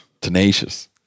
tenacious